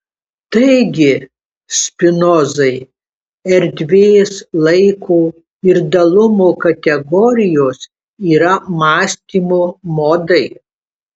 taigi spinozai erdvės laiko ir dalumo kategorijos yra mąstymo modai